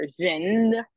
Version